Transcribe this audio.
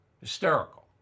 Hysterical